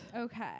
Okay